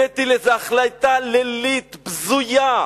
הבאתי לאיזה החלטה לילית בזויה,